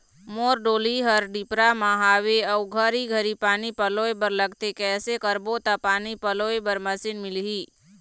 मोर डोली हर डिपरा म हावे अऊ घरी घरी पानी पलोए बर लगथे कैसे करबो त पानी पलोए बर मशीन मिलही?